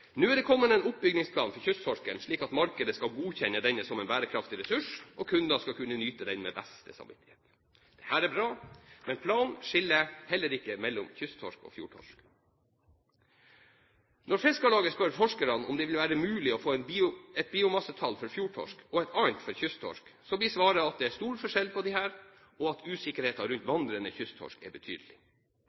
Nå er det kommet en oppbyggingsplan for kysttorsken, slik at markedet skal godkjenne denne som en bærekraftig ressurs, og kunder skal kunne nyte den med beste samvittighet. Dette er bra, men planen skiller heller ikke mellom kysttorsk og fjordtorsk. Når Fiskarlaget spør forskerne om det vil være mulig å få et biomassetall for fjordtorsk og et annet for kysttorsk, blir svaret at det er stor forskjell på disse, og at usikkerheten rundt vandrende kysttorsk er betydelig.